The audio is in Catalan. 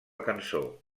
cançó